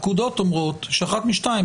הפקודות אומרות שאחת משתיים,